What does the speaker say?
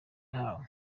yahawe